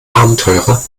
abenteurer